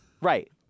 Right